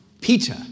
Peter